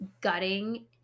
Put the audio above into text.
gutting